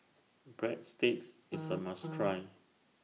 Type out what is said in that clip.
Breadsticks IS A must Try